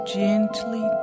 gently